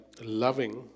loving